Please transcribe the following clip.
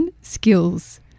skills